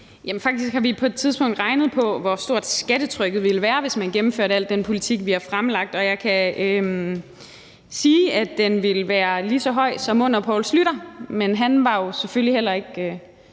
Faktisk har vi på et tidspunkt regnet på, hvor stort skattetrykket ville være, hvis man gennemførte al den politik, vi har fremlagt. Og jeg kan sige, at det ville være lige så højt som under Poul Schlüter. Men han var jo selvfølgelig heller ikke